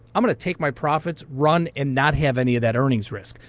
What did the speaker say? i'm going to take my profits, run, and not have any of that earnings risk.